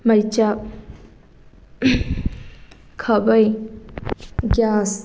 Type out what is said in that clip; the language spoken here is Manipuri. ꯃꯩꯆꯞ ꯈꯥꯕꯩ ꯒ꯭ꯌꯥꯁ